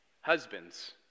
Husbands